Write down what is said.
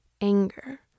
anger